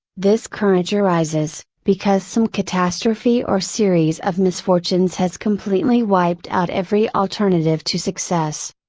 this courage arises, because some catastrophe or series of misfortunes has completely wiped out every alternative to success.